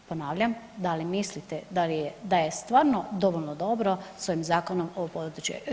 Ponavljam, da li mislite da je stvarno dovoljno dobro s ovim zakonom ovo područje